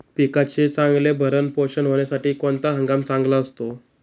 पिकाचे चांगले भरण पोषण होण्यासाठी कोणता हंगाम चांगला असतो?